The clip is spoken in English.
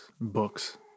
books